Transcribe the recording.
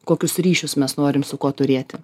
kokius ryšius mes norim su kuo turėti